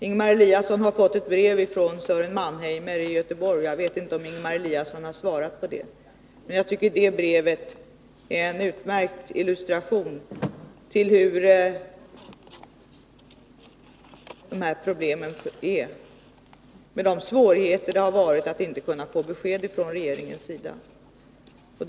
Ingemar Eliasson har fått ett brev från Sören Mannheimer i Göteborg, och jag vet inte om han har svarat på det. Jag tycker att det brevet är en utmärkt illustration till hur de här problemen ser ut och de svårigheter det medfört att inte kunna få besked från regeringens sida. Bl.